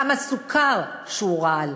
כמה סוכר, שהוא רעל,